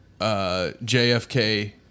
jfk